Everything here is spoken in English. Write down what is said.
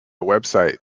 website